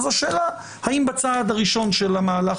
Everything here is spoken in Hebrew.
אז השאלה האם בצעד הראשון של המהלך